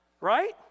right